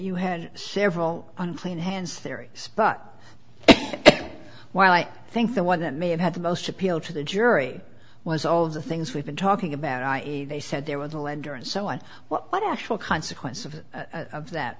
you had several unclean hands theory but while i think the one that may have had the most appeal to the jury was all of the things we've been talking about i e they said there was a lender and so on what actual consequences of that